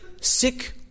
sick